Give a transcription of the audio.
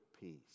peace